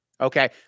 Okay